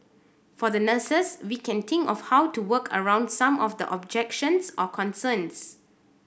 for the nurses we can think of how to work around some of the objections or concerns